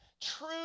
True